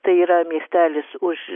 tai yra miestelis už